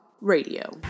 radio